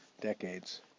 decades